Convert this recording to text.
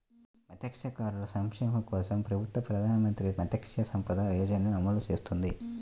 మత్స్యకారుల సంక్షేమం కోసం ప్రభుత్వం ప్రధాన మంత్రి మత్స్య సంపద యోజనని అమలు చేస్తోంది